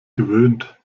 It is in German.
gewöhnt